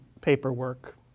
paperwork